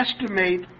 estimate